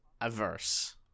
Averse